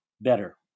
better